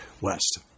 west